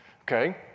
okay